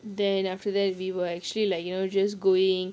then after that we were actually like you know just going